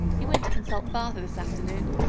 he went to consult father this afternoon.